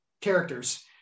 characters